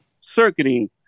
circuiting